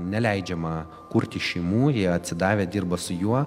neleidžiama kurti šeimų jie atsidavę dirba su juo